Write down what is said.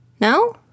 No